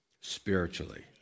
spiritually